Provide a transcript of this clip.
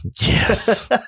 Yes